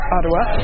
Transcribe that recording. Ottawa